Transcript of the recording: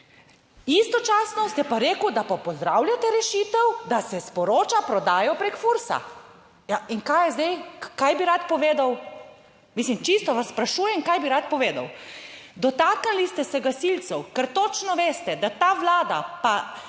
Istočasno ste pa rekel, da pa pozdravljate rešitev, da se sporoča prodajo preko FURS. Ja, in kaj je zdaj? Kaj bi rad povedal? Mislim, čisto vas sprašujem, kaj bi rad povedal? Dotaknili ste se gasilcev, ker točno veste, da ta Vlada pa